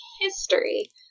history